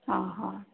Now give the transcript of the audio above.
ହଁ ହଁ